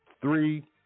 three